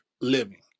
living